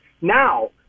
Now